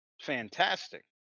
fantastic